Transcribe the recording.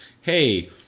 hey